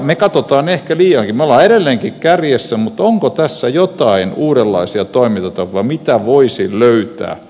me katsomme ehkä liiankin me olemme edelleenkin kärjessä mutta onko tässä jotain uudenlaisia toimintatapoja mitä voisi löytää